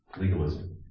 legalism